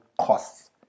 costs